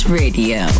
radio